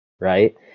right